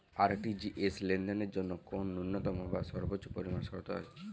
RTGS লেনদেনের জন্য কোন ন্যূনতম বা সর্বোচ্চ পরিমাণ শর্ত আছে?